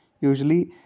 Usually